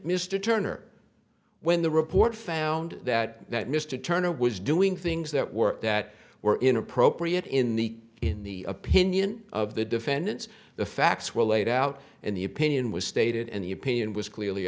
mr turner when the report found that that mr turner was doing things that were that were inappropriate in the in the opinion of the defendants the facts were laid out in the opinion was stated in the opinion was clearly